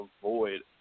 avoid